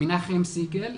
מנחם סיכל.